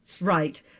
Right